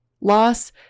loss